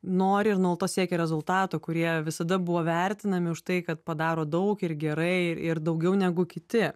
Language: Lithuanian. nori ir nuolatos siekia rezultato kurie visada buvo vertinami už tai kad padaro daug ir gerai ir daugiau negu kiti